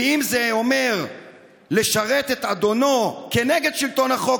ואם זה אומר לשרת את אדונו כנגד שלטון החוק,